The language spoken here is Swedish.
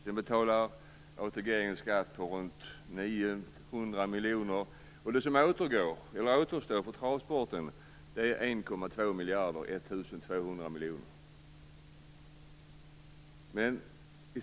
ATG betalar in skatt på runt 900 miljoner, och det som återstår för travsporten är 1,2 miljarder, dvs. 1 200 miljoner.